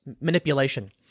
manipulation